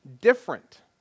different